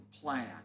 plan